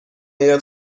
آید